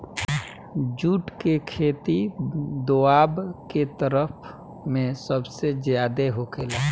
जुट के खेती दोवाब के तरफ में सबसे ज्यादे होखेला